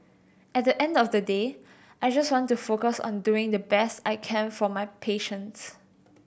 at the end of the day I just want to focus on doing the best I can for my patients